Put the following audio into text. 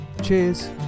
Cheers